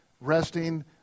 resting